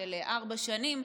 של ארבע שנים,